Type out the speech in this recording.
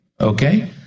Okay